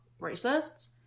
racists